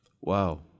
Wow